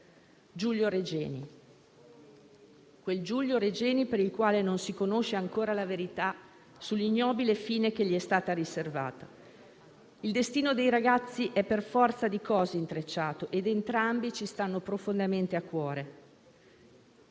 Giulio Regeni per il quale non si conosce ancora la verità sull'ignobile fine che gli è stata riservata. Il destino dei ragazzi è per forza di cose intrecciato ed entrambi ci stanno profondamente a cuore.